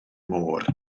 môr